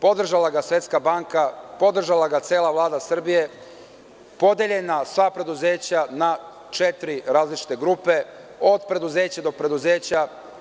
Podržala ga Svetska banka, podržala ga cela Vlada Srbije, podeljena sva preduzeća na četiri različite grupe, od preduzeća do preduzeća.